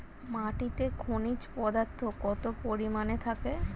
মাটিতে খনিজ পদার্থ কত পরিমাণে থাকে?